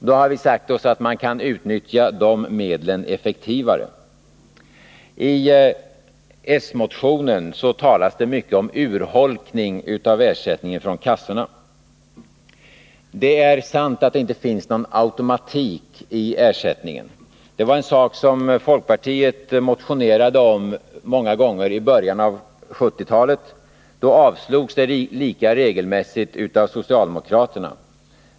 Då har vi sagt oss att man kan utnyttja dessa medel effektivare. I s-motionen talas det mycket om urholkning av ersättningen från arbetslöshetskassorna. Det är sant att det inte finns någon automatik i ersättningen. Det var en sak som folkpartiet motionerade om många gånger i början av 1970-talet. Då avslogs de motionerna lika regelmässigt av socialdemokraterna.